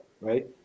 Right